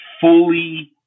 fully